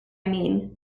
mean